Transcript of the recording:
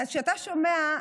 אז כשאתה שומע,